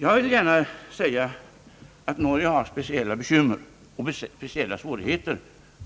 Jag vill gärna säga att Norge har speciella bekymmer och svårigheter,